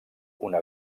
una